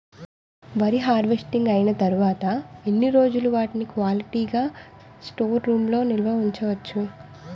వరి హార్వెస్టింగ్ అయినా తరువత ఎన్ని రోజులు వాటిని క్వాలిటీ గ స్టోర్ రూమ్ లొ నిల్వ ఉంచ వచ్చు?